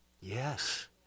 Yes